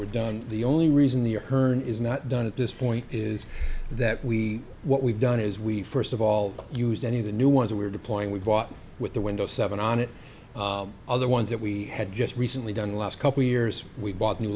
were done the only reason the turn is not done at this point is that we what we've done is we first of all use any of the new ones we're deploying we bought with the windows seven on it other ones that we had just recently done last couple years we bought new